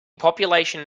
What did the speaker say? population